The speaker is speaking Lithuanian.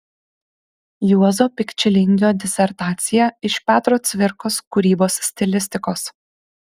juozo pikčilingio disertacija iš petro cvirkos kūrybos stilistikos